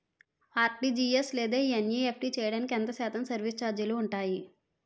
RTGS లేదా NEFT చేయడానికి ఎంత శాతం సర్విస్ ఛార్జీలు ఉంటాయి?